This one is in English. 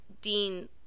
Dean